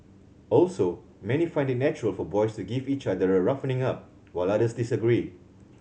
also many find it natural for boys to give each other a roughening up while others disagree